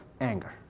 anger